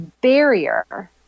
barrier